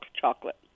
chocolate